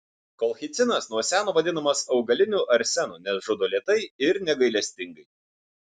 kolchicinas nuo seno vadinamas augaliniu arsenu nes žudo lėtai ir negailestingai